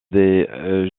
des